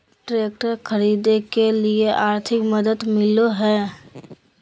Tractor खरीदे के लिए आर्थिक मदद मिलो है?